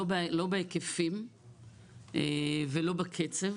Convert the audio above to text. לא בהיקפים ולא בקצב,